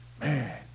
man